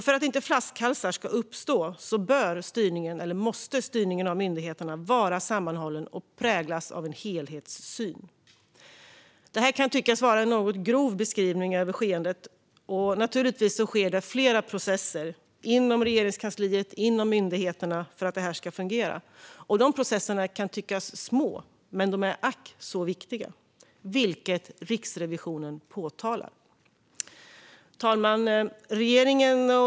För att inte flaskhalsar ska uppstå måste styrningen av myndigheterna vara sammanhållen och präglas av en helhetssyn. Detta kan tyckas vara en något grov beskrivning av skeendet. Naturligtvis sker det flera processer inom Regeringskansliet och inom myndigheterna för att det här ska fungera. De processerna kan tyckas små, men de är ack så viktiga, vilket Riksrevisionen påtalar. Fru talman!